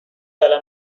کلمه